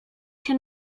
się